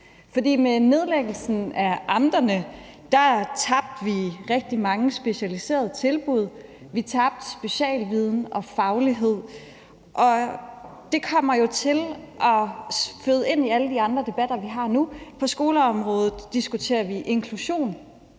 For med nedlæggelsen af amterne tabte vi rigtig mange specialiserede tilbud. Vi tabte specialviden og faglighed, og det kommer jo til at flyde ind i alle de andre debatter, vi har nu. På skoleområdet diskuterer vi inklusion.